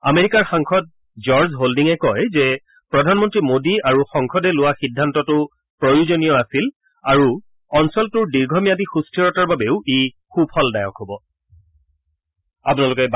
আমেৰিকাৰ সাংসদ জৰ্জ হল্ডিঙে কয় যে প্ৰধানমন্ত্ৰী মোডী আৰু সংসদে লোৱা সিদ্ধান্তটো প্ৰয়োজনীয় আছিল আৰু অঞ্চলটোৰ দীৰ্ঘম্যাদী সুস্থিৰতাৰ বাবেও ই সুফলদায়ক হ'ব